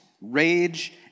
rage